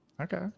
okay